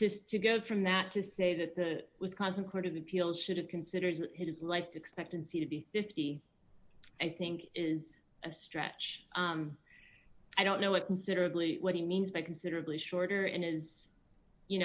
just to go from that to say that the wisconsin court of appeals should have considered his life expectancy to be fifty i think is a stretch i don't know if considerably what he means by considerably shorter and is you